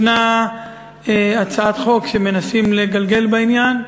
יש הצעת חוק שמנסים לגלגל בעניין,